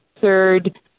third